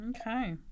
Okay